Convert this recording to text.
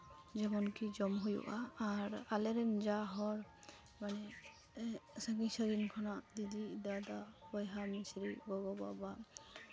ᱡᱮᱢᱚᱱ ᱠᱤ ᱡᱚᱢ ᱦᱩᱭᱩᱜᱼᱟ ᱟᱨ ᱟᱞᱮᱨᱮᱱ ᱡᱟ ᱦᱚᱲ ᱢᱟᱱᱮ ᱥᱟᱺᱜᱤᱧ ᱥᱟᱺᱜᱤᱧ ᱠᱷᱚᱱᱟᱜ ᱫᱤᱫᱤᱼᱫᱟᱫᱟ ᱵᱚᱭᱦᱟᱼᱢᱤᱥᱨᱟ ᱜᱚᱜᱚᱼᱵᱟᱵᱟ